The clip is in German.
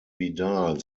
vidal